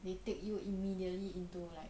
they take you immediately into like